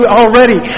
already